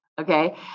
okay